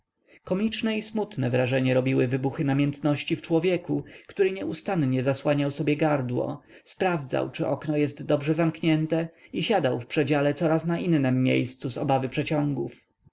i smutne wrażenie robiły wybuchy namiętności w człowieku który nieustannie zasłaniał sobie gardło sprawdzał czy okno jest dobrze zamknięte i siadał w przedziale coraz na innem miejscu z obawy przeciągów